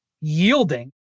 yielding